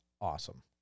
awesome